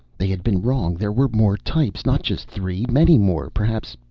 they had been wrong. there were more types. not just three. many more, perhaps.